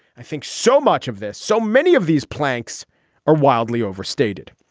i think so much of this, so many of these planks are wildly overstated.